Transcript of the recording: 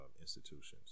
institutions